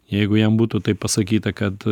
jeigu jam būtų taip pasakyta kad